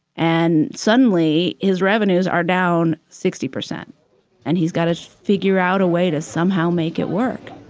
and suddenly his revenues are down sixty percent and he's gotta figure out a way to somehow make it work.